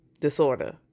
Disorder